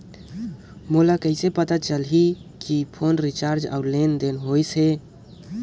मोला कइसे पता चलही की फोन रिचार्ज और लेनदेन होइस हे?